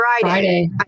Friday